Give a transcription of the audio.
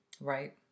right